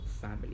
family